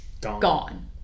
gone